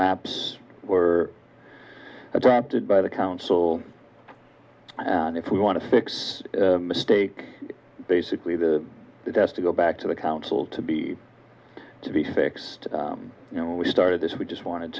maps were adopted by the council and if we want to fix mistake basically the it has to go back to the council to be to be fixed you know we started this we just wanted